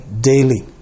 daily